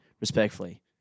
Respectfully